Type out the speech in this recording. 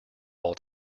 all